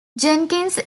jenkins